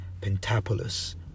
Pentapolis